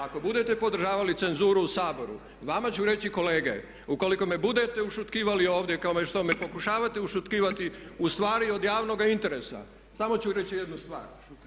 Ako budete podržavali cenzuru u Saboru, vama ću reći kolege, ukoliko me budete ušutkavali ovdje kao što me pokušavati ušutkivati u stvari od javnoga interesa, samo ću reći jednu stvar.